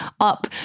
up